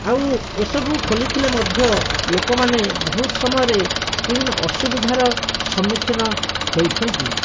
ଆଉ ଏସବୁ ଖୋଲିଥିଲେ ମଧ୍ୟ ଲୋକମାନେ ବହୁତ ସମୟରେ ବିଭିନ୍ନ ଅସୁବିଧାର ସମ୍ମୁଖିନ ହେଉଛନ୍ତି